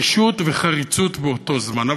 רשעות וחריצות באותו זמן.